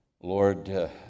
Lord